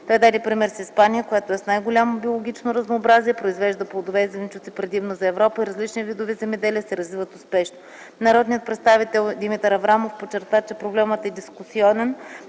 Той даде пример с Испания, която е с най-голямо биологично разнообразие, произвежда плодове и зеленчуци предимно за Европа и различните видове земеделие се развиват успешно. Народният представител Димитър Аврамов подчерта, че проблемът е дискусионен,